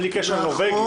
בלי קשר לחוק הנורווגי.